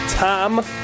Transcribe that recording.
Tom